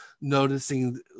noticing